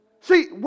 See